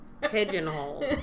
Pigeonhole